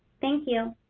thank you.